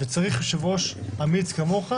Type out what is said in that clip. דבריך היו בדיוק הדברים שרציתי לומר.